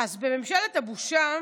אז בממשלת הבושה